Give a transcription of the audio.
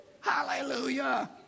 hallelujah